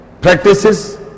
practices